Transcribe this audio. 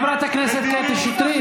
חברת הכנסת קטי שטרית.